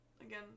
again